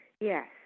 Yes